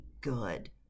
good